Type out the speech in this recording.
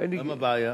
למה בעיה?